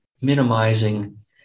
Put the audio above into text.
minimizing